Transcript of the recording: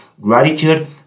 Gratitude